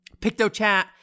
PictoChat